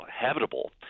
habitable